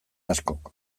askok